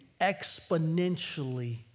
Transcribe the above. exponentially